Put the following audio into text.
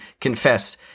confess